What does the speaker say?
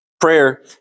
Prayer